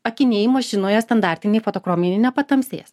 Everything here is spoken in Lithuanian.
akiniai mašinoje standartiniai fotochrominiai nepatamsės